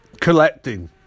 collecting